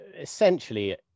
essentially